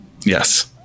Yes